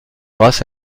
grâce